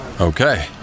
Okay